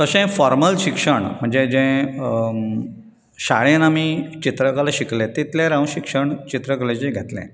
तशें फोर्मल शिक्षण म्हणजे जें शाळेंत आमी चित्रकला शिकल्यांत तितल्यार हांवें शिक्षण चित्रकलेचें घेतलें